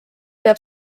peab